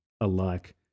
alike